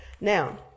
Now